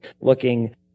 looking